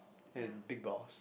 and big balls